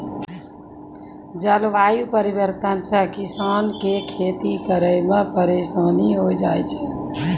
जलवायु परिवर्तन से किसान के खेती करै मे परिसानी होय जाय छै